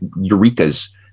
Eureka's